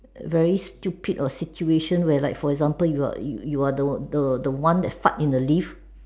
very stupid of situation where like for example you're you're the the the one that stuck in the lift